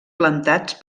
plantats